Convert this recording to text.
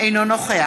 אינו נוכח